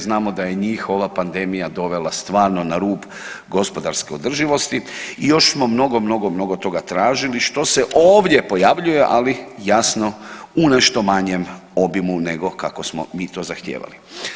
Znamo da je i njih ova pandemija dovela stvarno na rub gospodarske održivosti i još smo mnogo, mnogo, mnogo toga tražili što se ovdje pojavljuje, ali jasno u nešto manjem obimu nego kako smo mi to zahtijevali.